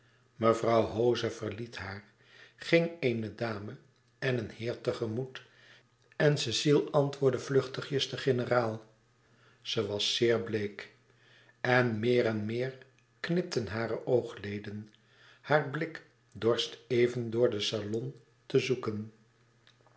mevrouw hoze verliet haar ging eene dame en een heer te gemoet en cecile antwoordde vluchtigjes den generaal zij was zeer bleek en meer en meer knipten hare oogleden haar blik dorst even door den salon te zoeken